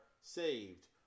saved